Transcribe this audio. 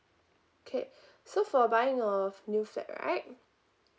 okay so for buying a new flat right